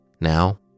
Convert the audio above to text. Now